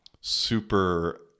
super